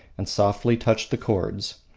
and softly touched the chords.